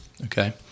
Okay